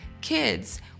kids